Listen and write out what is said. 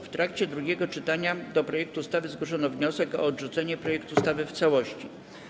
W trakcie drugiego czytania do projektu ustawy zgłoszono wniosek o odrzucenie projektu ustawy w całości.